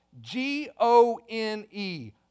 G-O-N-E